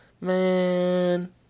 Man